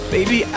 Baby